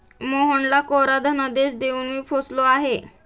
मोहनला कोरा धनादेश देऊन मी फसलो आहे